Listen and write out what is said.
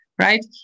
right